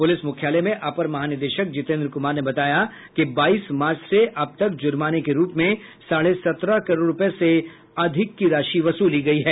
प्रलिस मुख्यालय में अपर महानिदेशक जितेन्द्र कुमार ने बताया कि बाईस मार्च से अब तक जुर्माने के रूप में साढ़े सत्रह करोड़ रुपये से अधिक वसूले गये हैं